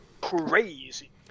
crazy